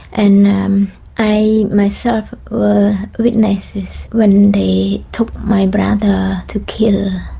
and i myself witnessed this when they took my brother to kill.